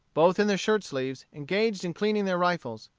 both in their shirt-sleeves, engaged in cleaning their rifles.